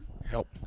Help